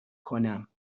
کنم